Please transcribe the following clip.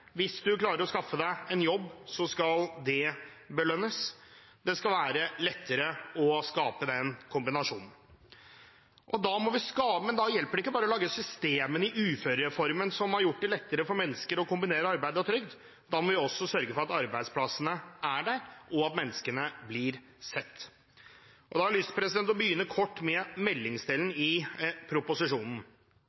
hvis en i de periodene en er noe bedre, klarer å skaffe seg en jobb, skal det belønnes. Det skal være lettere å skape den kombinasjonen. Da hjelper det ikke bare å lage systemer i uførereformen som gjør det lettere for mennesker å kombinere arbeid og trygd, da må vi også sørge for at arbeidsplassene er der, og at menneskene blir sett. Så har jeg lyst til å begynne kort med meldingsdelen i proposisjonen.